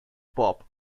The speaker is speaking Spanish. pop